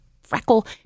freckle